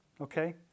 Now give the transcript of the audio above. Okay